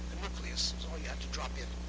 the nucleus was all you had to drop in.